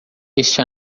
este